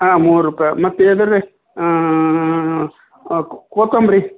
ಹಾಂ ಮೂರು ರೂಪಾಯ್ ಮತ್ತು ಇದು ರೀ ಕೊತ್ತಂಬ್ರಿ